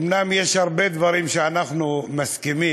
אומנם יש הרבה דברים שאנחנו מסכימים,